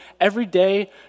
everyday